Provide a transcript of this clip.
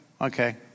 Okay